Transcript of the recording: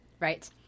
Right